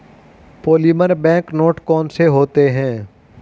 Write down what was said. polymer bank note कौन से होते हैं